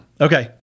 Okay